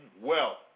wealth